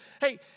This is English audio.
hey